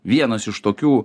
vienas iš tokių